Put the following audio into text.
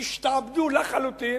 השתעבדו לחלוטין.